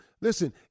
listen